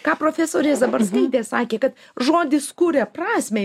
ką profesorė zabarskaitė sakė kad žodis kuria prasmę